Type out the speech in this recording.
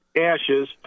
ashes